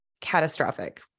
catastrophic